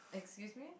excuse me